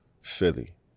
Philly